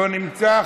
לא נמצא.